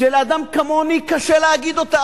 שלאדם כמוני קשה להגיד אותה,